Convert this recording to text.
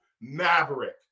maverick